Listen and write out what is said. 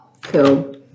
Cool